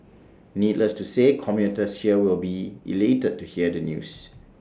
needless to say commuters here will be elated to hear the news